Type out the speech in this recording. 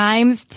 Times